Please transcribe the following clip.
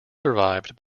survived